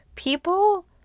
People